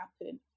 happen